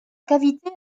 cavité